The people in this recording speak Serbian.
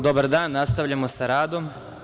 Dobar dan, nastavljamo sa radom.